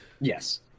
Yes